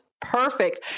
perfect